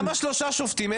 למה שלושה שופטים,